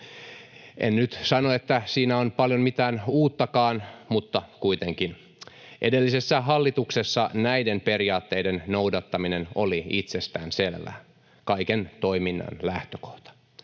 En nyt sano, että siinä on paljon mitään uuttakaan, mutta kuitenkin edellisessä hallituksessa näiden periaatteiden noudattaminen oli itsestään selvää, kaiken toiminnan lähtökohta.